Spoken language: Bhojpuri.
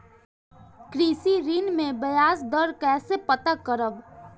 कृषि ऋण में बयाज दर कइसे पता करब?